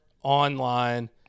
Online